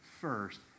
first